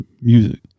music